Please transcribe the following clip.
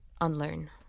unlearn